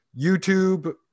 YouTube